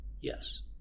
Yes